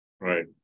Right